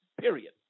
Period